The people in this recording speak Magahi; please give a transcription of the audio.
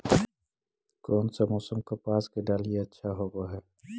कोन सा मोसम कपास के डालीय अच्छा होबहय?